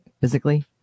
physically